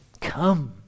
come